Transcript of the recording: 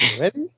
ready